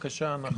שלוש דקות, בבקשה.